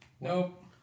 Nope